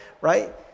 right